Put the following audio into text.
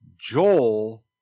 Joel